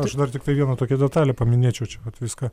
aš dar tiktai vieną tokią detalę paminėčiau čia kad viską